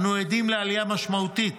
אנו עדים לעלייה משמעותית